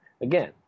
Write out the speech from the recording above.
Again